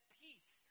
peace